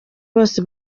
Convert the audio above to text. bose